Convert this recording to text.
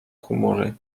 humory